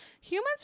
Humans